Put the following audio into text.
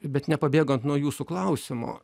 bet nepabėgant nuo jūsų klausimo